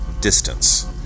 distance